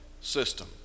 system